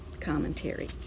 commentary